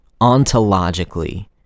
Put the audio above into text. ontologically